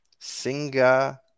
Singa